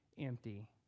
empty